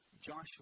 Joshua